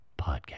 podcast